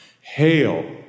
Hail